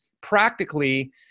practically